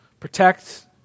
Protect